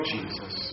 Jesus